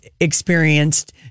experienced